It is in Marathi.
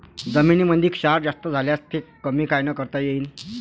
जमीनीमंदी क्षार जास्त झाल्यास ते कमी कायनं करता येईन?